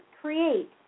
create